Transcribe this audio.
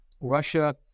Russia